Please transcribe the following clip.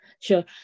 Sure